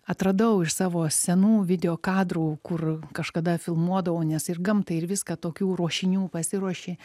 atradau iš savo senų video kadrų kur kažkada filmuodavau nes ir gamtai ir viską tokių ruošinių pasiruoši